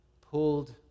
pulled